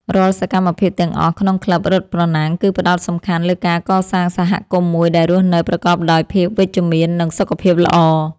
រាល់សកម្មភាពទាំងអស់ក្នុងក្លឹបរត់ប្រណាំង គឺផ្ដោតសំខាន់លើការកសាងសហគមន៍មួយដែលរស់នៅប្រកបដោយភាពវិជ្ជមាន និងសុខភាពល្អ។